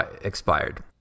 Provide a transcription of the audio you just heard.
expired